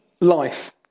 life